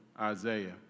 Isaiah